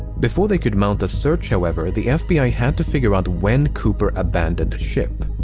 before they could mount a search, however, the fbi had to figure out when cooper abandoned ship.